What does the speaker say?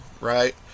right